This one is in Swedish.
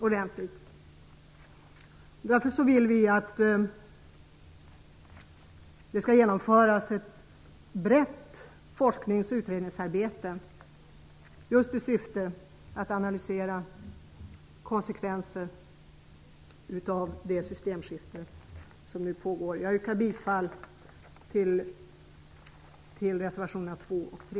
Vi vill därför att det skall genomföras ett brett forsknings och utredningsarbete just i syfte att analysera konsekvenser av det systemskifte som nu pågår. Jag yrkar bifall till reservationerna 2 och 3.